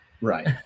Right